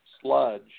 sludge